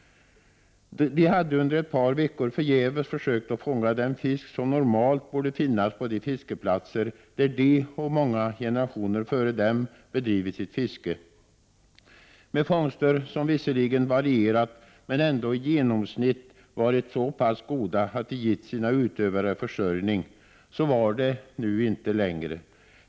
De hade då under ett par veckor förgäves försökt att fånga den fisk som normalt borde finnas på de fiskeplatser där de och många generationer före dem bedrivit sitt fiske, med fångster som visserligen varierat men ändå i genomsnitt varit så pass goda att det gett sina utövare försörjning. Så var det nu inte längre.